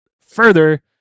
further